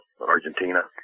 Argentina